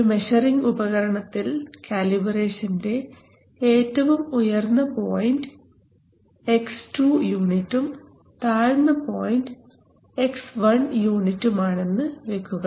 ഒരു മെഷറിങ് ഉപകരണത്തിൽ കാലിബ്രേഷന്റെ ഏറ്റവും ഉയർന്ന പോയിൻറ് X2 യൂണിറ്റും താഴ്ന്ന പോയിൻറ് X1 യൂണിറ്റും ആണെന്ന് വെക്കുക